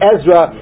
Ezra